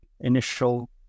initial